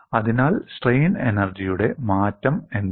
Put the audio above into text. അതിനാൽ സ്ട്രെയിൻ എനർജിയുടെ മാറ്റം എന്താണ്